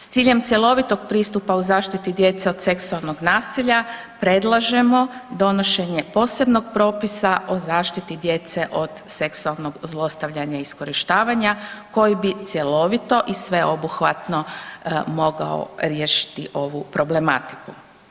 S ciljem cjelovitog pristupa u zaštiti djece od seksualnog nasilja predlažemo donošenje posebnog propisa o zaštiti djece od seksualnog zlostavljanja i iskorištavanja koji bi cjelovito i sveobuhvatno mogao riješiti ovu problematiku.